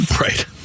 Right